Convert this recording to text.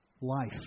life